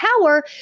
power